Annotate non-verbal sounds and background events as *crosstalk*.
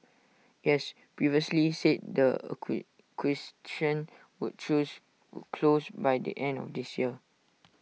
IT has previously said the *unintelligible* would choose close by the end of this year